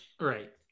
Right